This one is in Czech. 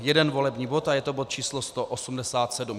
Jeden volební bod a je to bod číslo 187.